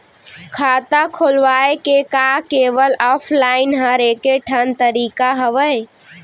खाता खोलवाय के का केवल ऑफलाइन हर ऐकेठन तरीका हवय?